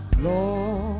Lord